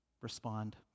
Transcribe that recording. respond